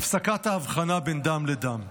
הפסקת ההבחנה בין דם לדם.